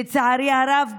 לצערי רב,